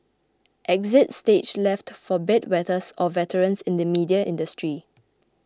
exit stage left for bed wetters or veterans in the media industry